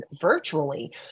virtually